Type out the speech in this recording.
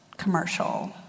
commercial